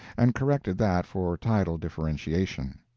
and corrected that for tidal differentiation.